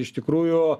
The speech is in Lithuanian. iš tikrųjų